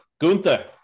Gunther